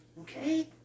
Okay